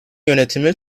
yönetimi